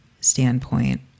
standpoint